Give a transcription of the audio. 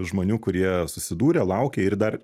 žmonių kurie susidūrė laukia ir dar